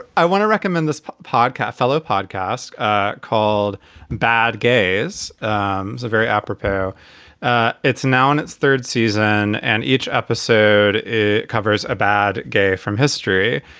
i want to recommend this podcast, fellow podcast ah called bad gays um is a very apropos it's now in its third season and each episode it covers about gay from history.